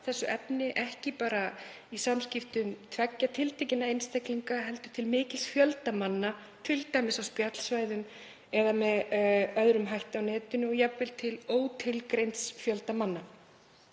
þessu efni, ekki bara í samskiptum tveggja tiltekinna einstaklinga heldur til mikils fjölda manna, t.d. á spjallsvæðum eða með öðrum hætti á netinu og jafnvel til ótilgreinds fjölda manna.